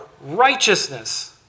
righteousness